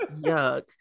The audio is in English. Yuck